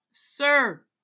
Sir